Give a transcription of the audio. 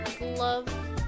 love